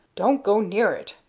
don't go near it,